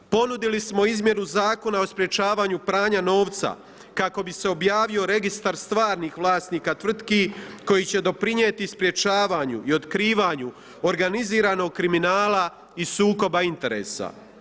Ponudili smo izmjenu Zakona o sprječavanju pranja novca kako bi se objavio registar stvarnih vlasnika tvrtki koji će doprinijeti sprječavanju i otkrivanju organiziranog kriminala i sukoba interesa.